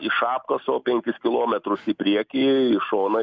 iš apkaso penkis kilometrus į priekį į šoną